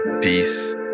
peace